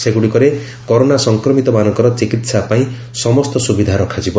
ସେଗୁଡ଼ିକରେ କରୋନା ସଂକ୍ରମିତମାନଙ୍କର ଚିକିତ୍ସା ପାଇଁ ସମସ୍ତ ସୁବିଧା ରଖାଯିବ